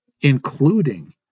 including